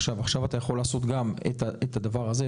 עכשיו אתה יכול לעשות גם את הדבר הזה,